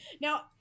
now